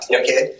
okay